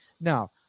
Now